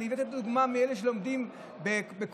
הבאתי את הדוגמה מאלה שלומדים בכוללים.